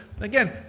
again